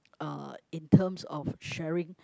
uh in terms of sharing